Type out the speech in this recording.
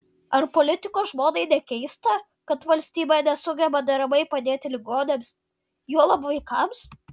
ar politiko žmonai nekeista kad valstybė nesugeba deramai padėti ligoniams juolab vaikams